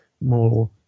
more